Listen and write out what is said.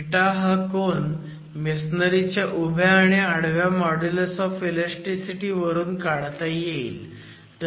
हा कोन मेसोनरी च्या उभ्या आणि आडव्या मॉड्युलस ऑफ इलॅस्टीसिटी वरून काढता येईल